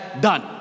done